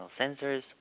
sensors